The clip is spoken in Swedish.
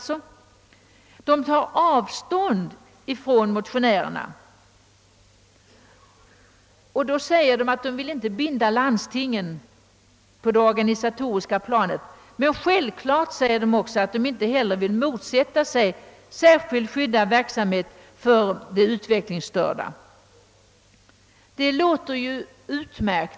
Utskottet tar avstånd från motionärernas förslag. Utskottsledamöterna uttalar att de inte vill binda landstingen på det organisatoriska planet, men att de självklart inte heller vill motsätta sig särskild skyddad verksamhet för de utvecklingsstörda.